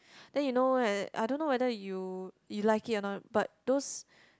then you know right I don't know whether you you like it or not but those